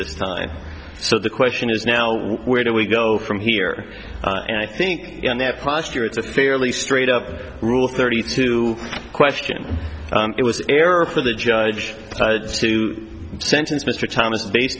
this time so the question is now where do we go from here and i think that posture it's a fairly straight up rule thirty two question it was error for the judge to sentence mr thomas based